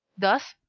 thus,